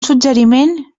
suggeriment